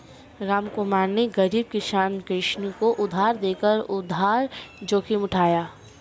रामकुमार ने गरीब किसान कृष्ण को उधार देकर उधार जोखिम उठाया